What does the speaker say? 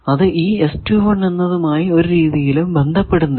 അത് ഈ എന്നതുമായി ഒരു രീതിയിലും ബന്ധപ്പെടുന്നില്ല